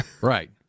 Right